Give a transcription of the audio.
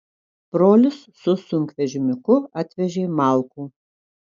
brolis su sunkvežimiuku atvežė malkų